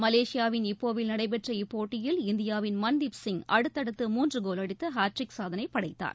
மலேஷியாவின் இப்போவில் நடைபெற்ற இப்போட்டியில் இந்தியாவின் மன்தீப் சிங் அடுத்தடுத்து மூன்று கோல் அடித்து ஹாட்ரிக் சாதனை படைத்தார்